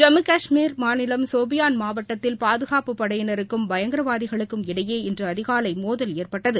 ஜம்மு கஷ்மீர் மாநிலம் சோபியாள் மாவட்டத்தில் பாதுகாப்பு படையினருக்கும் பயங்கரவாதிகளுக்கும் இடையே இன்று அதிகாலை மோதல் ஏற்பட்டது